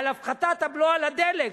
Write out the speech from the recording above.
על הפחתת הבלו על הדלק,